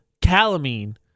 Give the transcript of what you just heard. calamine